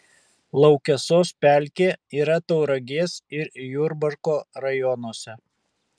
laukesos pelkė yra tauragės ir jurbarko rajonuose